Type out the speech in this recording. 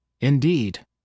Indeed